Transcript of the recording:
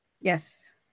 yes